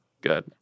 good